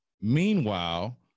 Meanwhile